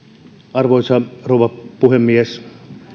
arvoisa rouva puhemies